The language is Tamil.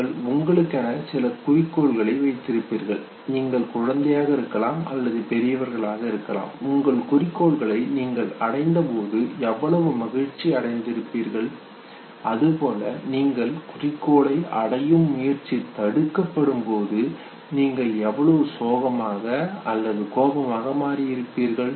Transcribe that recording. நீங்கள் உங்களுக்கென சில குறிக்கோள்களை வைத்திருப்பீர்கள் நீங்கள் குழந்தையாக இருக்கலாம் அல்லது பெரியவர்களாக இருக்கலாம் உங்கள் குறிக்கோளை நீங்கள் அடைந்தபோது எவ்வளவு மகிழ்ச்சி அடைந்து இருப்பீர்கள் அதுபோல நீங்கள் குறிக்கோளை அடையும் முயற்சி தடுக்கப்படும்போது நீங்கள் எவ்வளவு சோகமாக அல்லது கோபமாக மாறி இருப்பீர்கள்